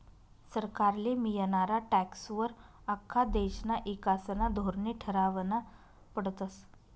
सरकारले मियनारा टॅक्सं वर आख्खा देशना ईकासना धोरने ठरावना पडतस